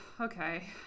okay